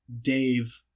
Dave